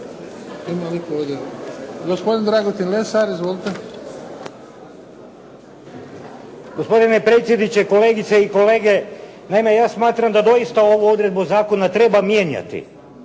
Gospodine predsjedniče, kolegice i kolege. Naime, ja smatram da doista ovu odredbu zakona treba mijenjati